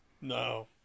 No